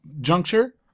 juncture